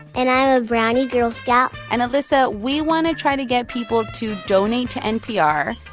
and i'm a brownie girl scout and, alyssa, we want to try to get people to donate to npr,